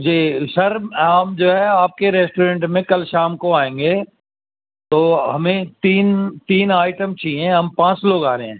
جی sir ہم جو ہے آپ کے ریسٹورینٹ میں کل شام کو آئیں گے تو ہمیں تین تین آئٹم چاہئیں ہم پانچ لوگ آ رہے ہیں